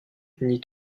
nie